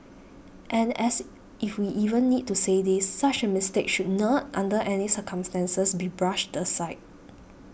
and as if we even need to say this such a mistake should not under any circumstances be brushed aside